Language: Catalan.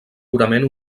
purament